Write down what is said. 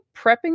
prepping